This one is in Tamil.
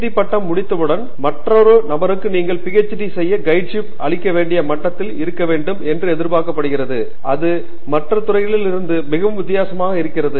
D பட்டம் முடிந்தவுடன் மற்றொரு நபருக்கு நீங்கள் PhD செய்ய கைடுஷிப் அளிக்க வேண்டிய மட்டத்தில் இருக்க வேண்டும் என்று எதிர்பார்க்கப்படுகிறது அது மற்ற துறைகளில் இருந்து மிகவும் வித்தியாசமாக இருக்கிறது